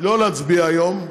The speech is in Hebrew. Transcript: שלא להצביע היום,